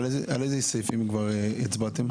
על איזה סעיפים כבר הצבעתם?